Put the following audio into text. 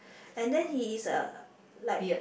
and then he is uh like